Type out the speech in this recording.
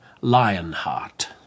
Lionheart